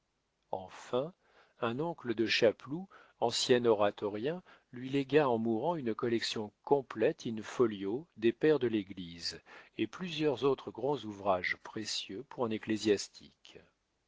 enfin un oncle de chapeloud ancien oratorien lui légua en mourant une collection complète in-folio des pères de l'église et plusieurs autres grands ouvrages précieux